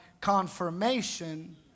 confirmation